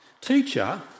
Teacher